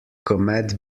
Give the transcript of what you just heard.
cometh